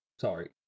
Sorry